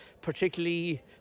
Particularly